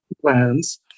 plans